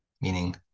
meaning